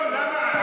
אני לא מבין למה.